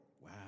Wow